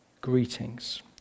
greetings